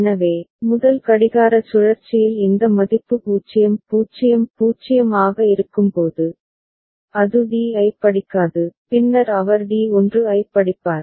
எனவே முதல் கடிகார சுழற்சியில் இந்த மதிப்பு 0 0 0 ஆக இருக்கும்போது அது D ஐப் படிக்காது பின்னர் அவர் D 1 ஐப் படிப்பார்